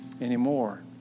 anymore